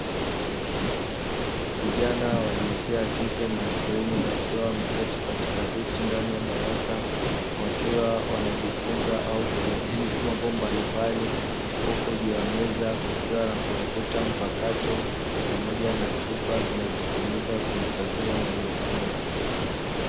Vijana wa jinsia ya kike na kiume wakiwa wameketi katika viti ndani ya darasa, wakiwa wanajifunza au kujadili mambo mbalimbali, huku juu ya meza kukiwa na kompyuta mpakato pamoja na chupa zinazotunzia maji ya kunywa.